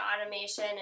automation